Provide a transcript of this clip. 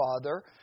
father